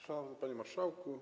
Szanowny Panie Marszałku!